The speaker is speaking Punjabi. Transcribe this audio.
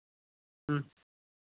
ਹਮ